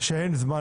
שאין זמן